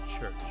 church